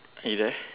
are you there